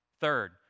Third